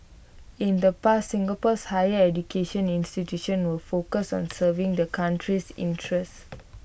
in the past Singapore's higher education institutions were focused on serving the country's interests